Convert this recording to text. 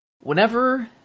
whenever